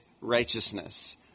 righteousness